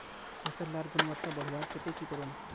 फसल लार गुणवत्ता बढ़वार केते की करूम?